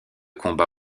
combat